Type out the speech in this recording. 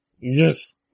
Yes